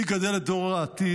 מי יגדל את דור העתיד?